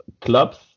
clubs